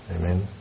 Amen